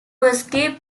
escaped